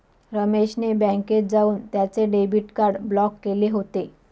रमेश ने बँकेत जाऊन त्याचे डेबिट कार्ड ब्लॉक केले होते